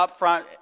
upfront